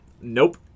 Nope